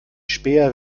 späher